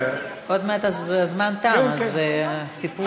עוד מעט הזמן תם, אז הסיפור, כן, כן.